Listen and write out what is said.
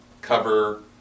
cover